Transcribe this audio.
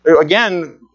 Again